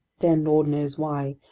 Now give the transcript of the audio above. then, lord knows why,